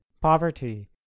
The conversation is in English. poverty